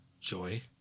Joy